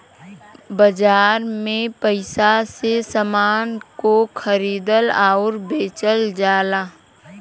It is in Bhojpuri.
बाजार में पइसा से समान को खरीदल आउर बेचल जाला